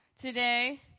today